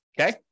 Okay